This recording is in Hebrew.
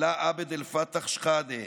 עלאא עבד אלפתאח שחאדה,